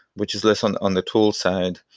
which is less on on the tool side,